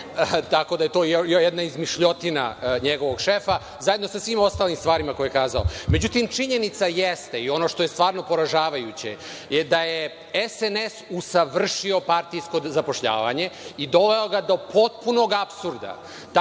tako da je to jedna izmišljotina njegovog šefa, zajedno sa svim ostalim stvarima koje je kazao. Međutim, činjenica jeste, ono što je stvarno poražavajuće je da je SNS usavršio partijsko zapošljavanje i doveo ga do potpunog apsurda.